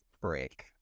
break